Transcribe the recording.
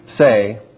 say